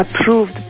approved